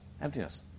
emptiness